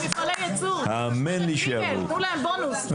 כמו במפעלי ייצור, תנו להם בונוס.